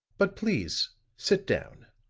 but please sit down.